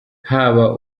haba